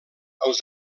els